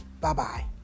Bye-bye